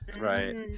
Right